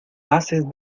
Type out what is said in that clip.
haces